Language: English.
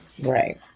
Right